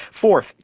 Fourth